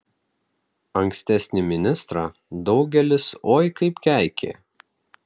ankstesnį ministrą daugelis oi kaip keikė